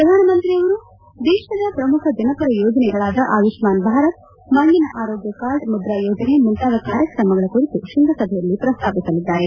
ಪ್ರಧಾನಮಂತ್ರಿಯವರು ದೇಶದ ಪ್ರಮುಖ ಜನಪರ ಯೋಜನೆಗಳಾದ ಆಯುಷ್ಣಾನ್ ಭಾರತ್ ಮಣ್ಣಿನ ಆರೋಗ್ಣ ಕಾರ್ಡ್ ಮುದ್ರಾ ಯೋಜನೆ ಮುಂತಾದ ಕಾರ್ಯಕ್ರಮಗಳ ಕುರಿತು ಶ್ವಂಗಸಭೆಯಲ್ಲಿ ಪ್ರಸ್ತಾಪಿಸಲಿದ್ದಾರೆ